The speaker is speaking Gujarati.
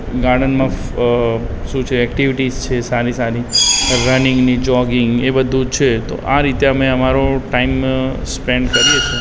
ગાર્ડનમાં અ શું છે એક્ટિવિટીઝ છે સારી સારી રનિંગની જૉગિંગ એ બધું છે તો આ રીતે અમે અમારો ટાઇમ સ્પૅન્ડ કરીએ છીએ